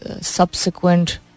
subsequent